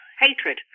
hatred